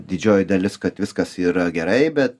didžioji dalis kad viskas yra gerai bet